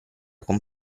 con